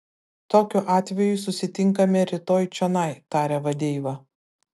tokiu atveju susitinkame rytoj čionai tarė vadeiva